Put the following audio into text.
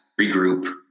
regroup